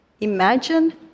Imagine